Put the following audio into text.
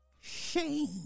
Shame